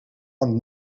aan